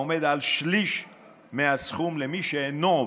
העומד על שליש מהסכום למי שאינו עובד.